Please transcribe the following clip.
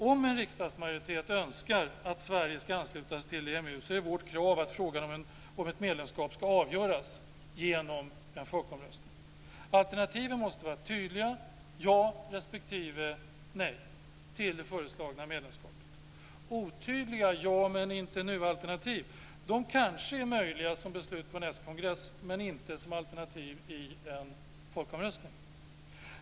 Om en riksdagsmajoritet önskar att Sverige ska anslutas till EMU, är vårt krav att frågan om ett medlemskap ska avgöras genom en folkomröstning. Alternativen måste vara tydliga: ja respektive nej till det föreslagna medlemskapet. Otydliga ja men inte nu-alternativ kanske är möjliga som beslut på en skongress men inte som alternativ i en folkomröstning.